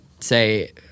Say